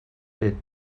fet